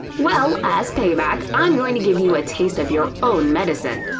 well, as payback, i'm going to give you a taste of your own medicine.